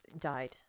died